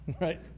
right